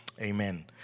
Amen